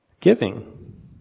giving